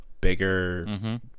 bigger